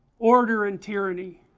order and tyranny,